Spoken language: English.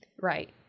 Right